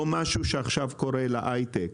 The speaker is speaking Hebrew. או משהו שקורה עכשיו להייטק.